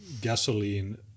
gasoline